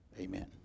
Amen